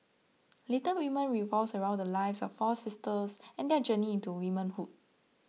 Little Women revolves around the lives of four sisters and their journey into womanhood